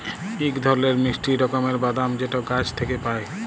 ইক ধরলের মিষ্টি রকমের বাদাম যেট গাহাচ থ্যাইকে পায়